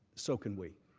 so can we.